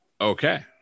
Okay